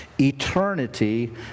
eternity